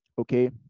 okay